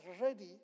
ready